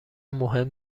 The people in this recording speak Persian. مهم